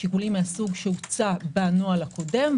שיקולים מהסוג שהוצע בנוהל הקודם,